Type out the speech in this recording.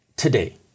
Today